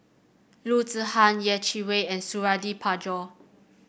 Loo Zihan Yeh Chi Wei and Suradi Parjo